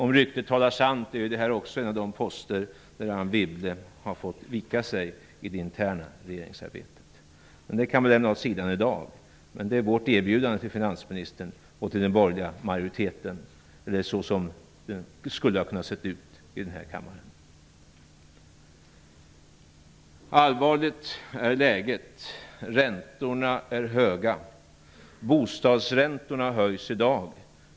Om ryktet talar sant är det här en av de poster där Anne Wibble har fått vika sig i det interna regeringsarbetet, men det kan vi lämna åt sidan i dag. Det här är alltså vårt erbjudande till finansministern och den borgerliga majoriteten. Läget är allvarligt. Räntorna är höga. Bostadsräntorna höjs i dag.